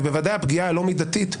ובוודאי הפגיעה הלא מידתית,